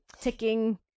ticking